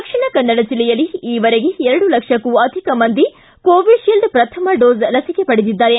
ದಕ್ಷಿಣ ಕನ್ನಡ ಜಿಲ್ಲೆಯಲ್ಲಿ ಈವರೆಗೆ ಎರಡು ಲಕ್ಷಕ್ಕೂ ಅಧಿಕ ಮಂದಿ ಕೋವಿಶೀಲ್ಡ್ ಪ್ರಥಮ ಡೋಸ್ ಲಸಿಕೆ ಪಡೆದಿದ್ದಾರೆ